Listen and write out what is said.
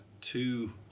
two